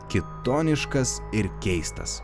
kitoniškas ir keistas